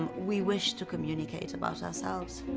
we wish to communicate about ourselves.